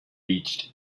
reach